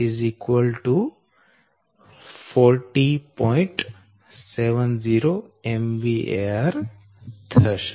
70 MVAR થશે